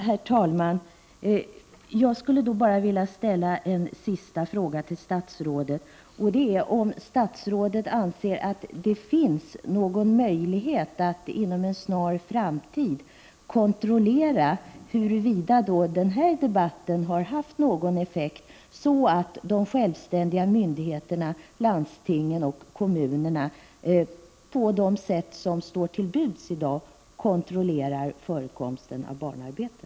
Herr talman! Jag skulle då bara vilja ställa en sista fråga till statsrådet: Anser statsrådet att det finns någon möjlighet att inom en snar framtid kontrollera huruvida den här debatten har haft någon effekt, så att de självständiga myndigheterna, landstingen och kommunerna på de sätt som i dag står till buds kontrollerar förekomsten av barnarbete?